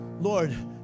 Lord